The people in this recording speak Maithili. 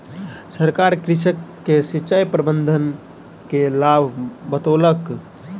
सरकार कृषक के सिचाई प्रबंधन के लाभ बतौलक